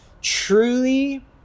truly